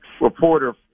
reporter